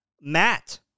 Matt